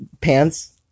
pants